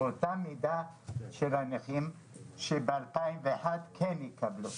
באותה מידה של הנכים שב-2021 כן יקבלו.